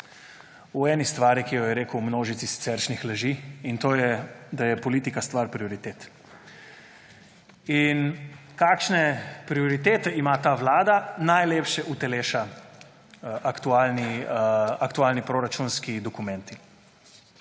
v eni stvari, ki jo je rekel v množici siceršnjih laži, in to je, da je politika stvar prioritet. In kakšne prioritete ima ta vlada, najlepše uteleša aktualni proračunski dokumenti,